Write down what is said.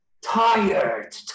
tired